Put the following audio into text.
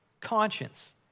conscience